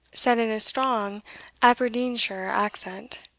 said, in a strong aberdeenshire accent,